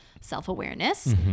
self-awareness